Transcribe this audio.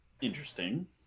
Interesting